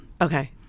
okay